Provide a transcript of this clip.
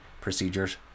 procedures